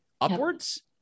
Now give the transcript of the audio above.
upwards